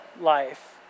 life